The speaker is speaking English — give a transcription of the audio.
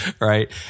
right